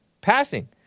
Passing